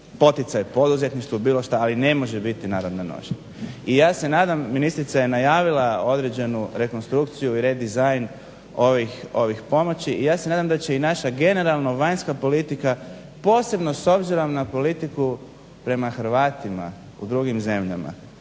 poticaj poduzetništvu, ali ne može biti narodna nošnja. I ja se nadam, ministrica je najavila određenu rekonstrukciju i re dizajn ovih pomoći i ja se nadam da će i naša generalno vanjska politika posebno s obzirom na politiku prema Hrvatima u drugim zemljama